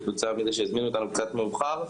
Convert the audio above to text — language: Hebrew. זה כתוצאה מזה שהזמינו אותנו קצת מאוחר,